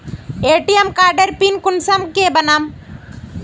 ATM कार्डेर pin कुंसम के बनाम?